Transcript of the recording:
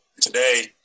Today